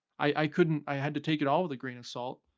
i i couldn't i had to take it all with a grain of salt.